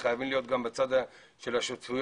חייבים להיות גם בצד של השותפויות,